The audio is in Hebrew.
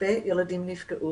הרבה ילדים נפגעו